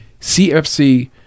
CFC